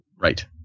Right